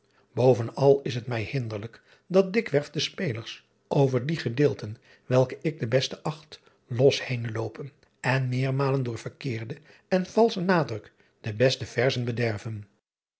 ovenal is het mij hinderlijk dat dikwerf de spelers over die gedeelten welke ik de beste acht los henen loopen en meermalen door verkeerden en valschen nadruk de beste verzen bederven